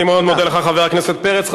אני מאוד מודה לך, חבר הכנסת פרץ.